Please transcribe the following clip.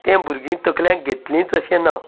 तें भुरगीं तकलेन घेतलीच अशें ना